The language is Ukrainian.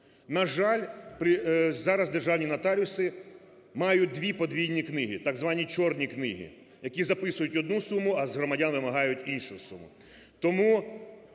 На жаль, зараз державні нотаріуси мають дві, подвійні книги, так звані "чорні книги", в які записують одну суму, а з громадян вимагають іншу суму. Тому